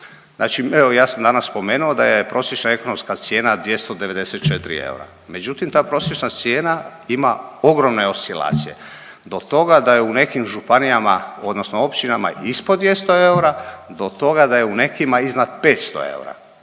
Znači evo ja sam danas spomenuo da je prosječna ekonomska cijena 294 eura. Međutim, ta prosječna cijena ima ogromne oscilacije do toga da je u nekim županijama odnosno općinama ispod 200 eura do toga da je u nekima iznad 500 eura.